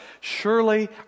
surely